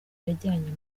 yajyanye